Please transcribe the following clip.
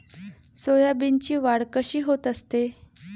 सोयाबीनची वाढ कशी होत असते?